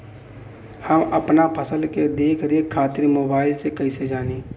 हम अपना फसल के देख रेख खातिर मोबाइल से कइसे जानी?